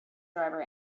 driver